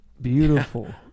beautiful